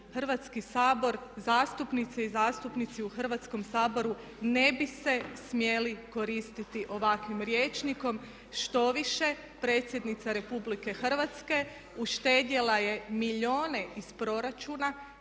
Hrvatski sabor, zastupnice i zastupnici u Hrvatskom saboru ne bi se smjeli koristiti ovakvim rječnikom, štoviše predsjednica RH uštedjela je milijune iz proračuna,